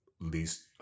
least